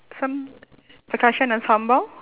some percussion ensemble